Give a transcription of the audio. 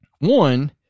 One